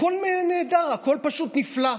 הכול נהדר, הכול פשוט נפלא.